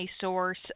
source